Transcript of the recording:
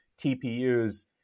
TPUs